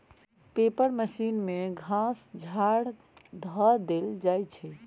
paper machine में घास झाड़ ध देल जाइ छइ